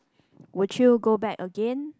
would you go back again